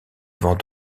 avant